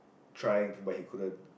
try but he couldn't